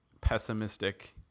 pessimistic